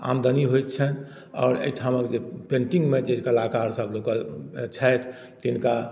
आमदनी होइत छनि आओर एहिठामक जे पेन्टिंगमे जे कलाकारसभ छथि तिनका